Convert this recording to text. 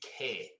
care